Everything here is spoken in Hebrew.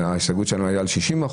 ההסתייגות שלנו הייתה על 60%,